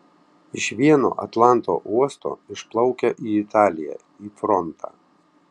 iš vieno atlanto uosto išplaukia į italiją į frontą